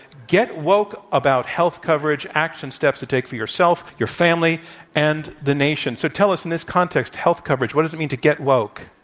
get woke about health coverage action steps to take for yourself, your family and the nation. so, tell us, in this context, health coverage, what does it mean to get woke?